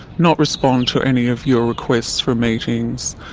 not respond to any of your requests for meetings,